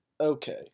Okay